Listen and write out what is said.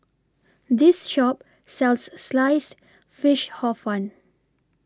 This Shop sells Sliced Fish Hor Fun